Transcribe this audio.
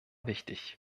wichtig